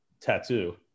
tattoo